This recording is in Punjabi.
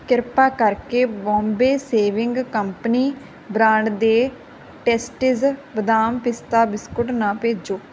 ਕਿਰਪਾ ਕਰਕੇ ਬੋਮਬੈ ਸੇਵਿੰਗ ਕੰਪਨੀ ਬ੍ਰਾਂਡ ਦੇ ਟੇਸਟਿਜ਼ ਬਦਾਮ ਪਿਸਤਾ ਬਿਸਕੁਟ ਨਾ ਭੇਜੋ